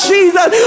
Jesus